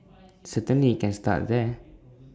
certainly IT can start there